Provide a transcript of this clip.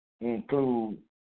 include